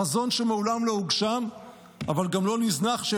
חזון שמעולם לא הוגשם אבל גם לא נזנח,